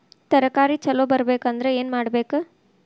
ತರಕಾರಿ ಛಲೋ ಬರ್ಬೆಕ್ ಅಂದ್ರ್ ಏನು ಮಾಡ್ಬೇಕ್?